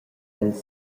els